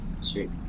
Sweet